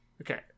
Okay